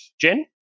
Jen